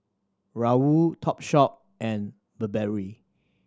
Raoul Topshop and Burberry